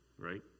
right